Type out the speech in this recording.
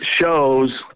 shows